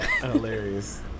Hilarious